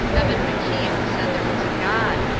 evan macian said there was a god,